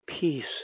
peace